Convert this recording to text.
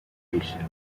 patient